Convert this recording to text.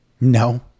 No